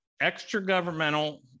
extra-governmental